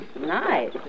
Nice